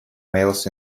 males